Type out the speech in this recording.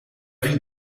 ville